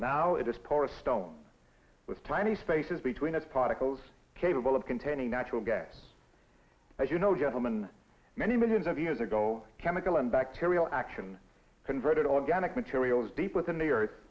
now it is porous stone with tiny spaces between its particles capable of containing natural gas as you know gentleman many millions of years ago chemical and bacterial action converted on janick materials deep within the earth